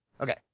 Okay